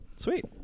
Sweet